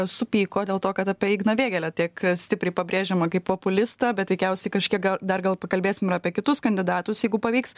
supyko dėl to kad apie igną vėgėlę tiek stipriai pabrėžiama kaip populistą bet veikiausiai kažkiek gal dar pakalbėsim ir apie kitus kandidatus jeigu pavyks